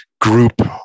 group